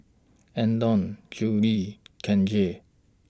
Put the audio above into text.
Andon Juli Kenzie